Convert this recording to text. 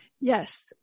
Yes